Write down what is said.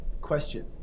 question